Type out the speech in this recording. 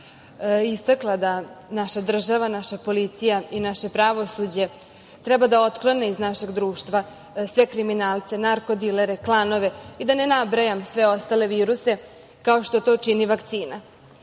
istakla da naša država, naša policija i naše pravosuđe treba da otklone iz našeg društva sve kriminalce, narkodilere, klanove i da ne nabrajam sve ostale viruse kao što to čini vakcina.